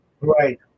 Right